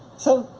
so,